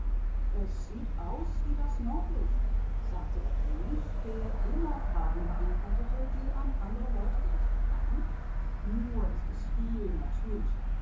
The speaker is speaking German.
es ist so wie das nordlicht sagte der könig der immer antwort auf fragen gab die an andere gestellt waren nur viel